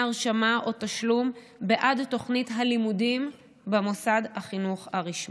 הרשמה או תשלום בעד תוכנית הלימודים במוסד החינוך הרשמי.